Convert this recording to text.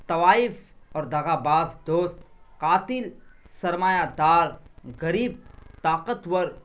طوائف اور دغا باز دوست قاتل سرمایہ دار غریب طاقتور